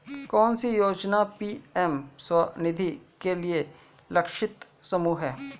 कौन सी योजना पी.एम स्वानिधि के लिए लक्षित समूह है?